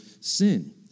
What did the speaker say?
sin